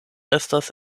estas